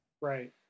Right